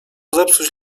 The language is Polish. zepsuć